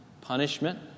punishment